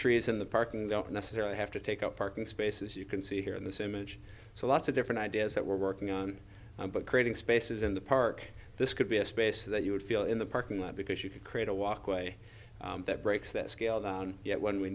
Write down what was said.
trees in the park and don't necessarily have to take up parking spaces you can see here in this image so lots of different ideas that we're working on but creating spaces in the park this could be a space that you would feel in the parking lot because you could create a walkway that breaks that scale down yet when we